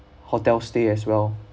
hotel stay as well